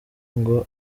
ngo